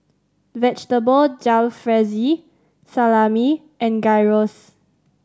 Vegetable Jalfrezi Salami and Gyros